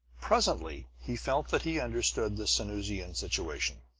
presently he felt that he understood the sanusian situation.